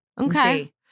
Okay